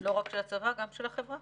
לא רק של הצבא, גם של החברה.